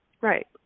Right